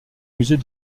musée